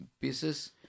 pieces